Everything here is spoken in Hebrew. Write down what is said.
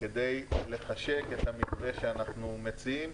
כדי לחשק את המתווה שאנחנו מציעים,